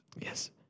Yes